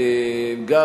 גם,